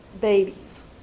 babies